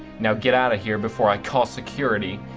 now get out of here before i call security,